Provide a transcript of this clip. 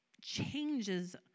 changes